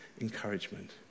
encouragement